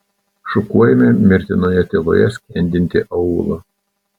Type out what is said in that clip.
šukuojame mirtinoje tyloje skendintį aūlą